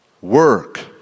Work